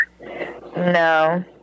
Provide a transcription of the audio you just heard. No